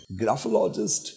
graphologist